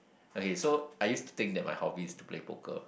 okay so I use to think that my hobby is to play poker